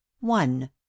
One